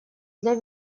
для